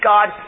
God